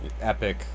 epic